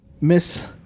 Miss